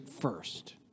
first